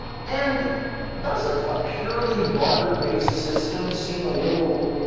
and doesn't a purely barter-based system seem a little,